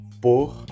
Por